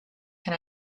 can